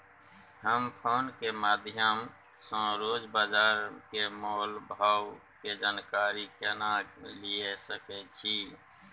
हम फोन के माध्यम सो रोज बाजार के मोल भाव के जानकारी केना लिए सके छी?